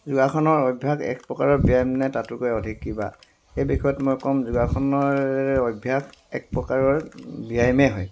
যোগাসনৰ অভ্যাস একপ্ৰকাৰৰ ব্যায়ামনে তাতোকৈ অধিক কিবা সেই বিষয়ত মই ক'ম যোগাসনৰ অভ্যাস এক প্ৰকাৰৰ ব্যায়ামেই হয়